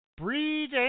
Breed